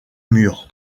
mur